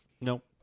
Nope